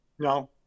No